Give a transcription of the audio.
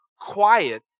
quiet